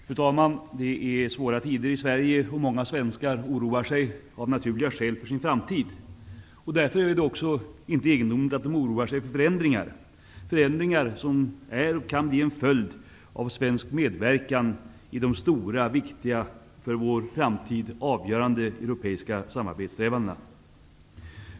Fru talman! Det är svåra tider i Sverige. Många svenskar oroar sig av naturliga skäl för sin framtid. Därför är det inte heller egendomligt att de oroar sig för förändringar som kan bli en följd av svensk medverkan i de stora, viktiga och för vår framtid avgörande europeiska samarbetssträvandena.